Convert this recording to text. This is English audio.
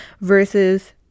versus